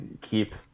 Keep